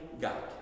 God